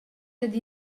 dad